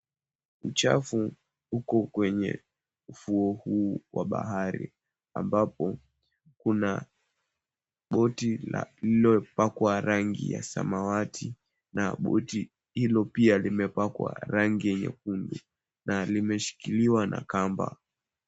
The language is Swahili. Uchafu uko kwenye ufuo huu wa bahari. Ambapo, kuna boti la lililopakwa rangi ya samawati na uti hilo pia limepakwa rangi ya nyekundu na imeshikiliwa na kamba.